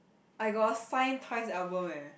I got a fine twice album eh